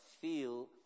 feel